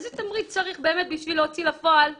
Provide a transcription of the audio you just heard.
איזה תמריץ צריך בשביל להוציא לפועל תכנית,